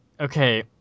Okay